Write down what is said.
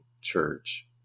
church